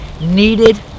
needed